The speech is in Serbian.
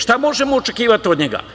Šta možemo očekivati od njega?